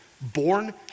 born